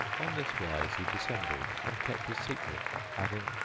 on this wise he dissembled and kept his secret, adding,